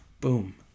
boom